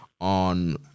on